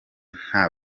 nta